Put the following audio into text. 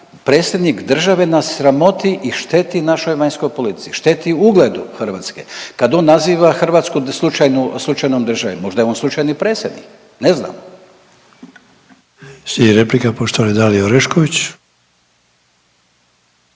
predsjednik države nas sramoti i šteti našoj vanjskoj politici, šteti ugledu Hrvatske kad on naziva Hrvatsku slučajnu, slučajnom državom, možda je on slučajni predsjednik. Ne znam. **Sanader, Ante (HDZ)** Slijedi